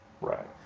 Right